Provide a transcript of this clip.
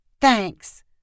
Thanks